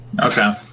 Okay